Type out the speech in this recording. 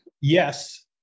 Yes